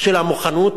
של המוכנות,